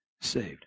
saved